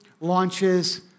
launches